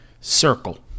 circle